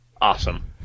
Awesome